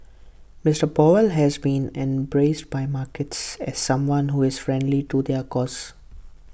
Mister powell has been embraced by markets as someone who is friendly to their cause